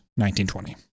1920